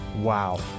Wow